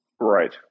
Right